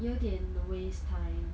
有点 waste time